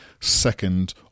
second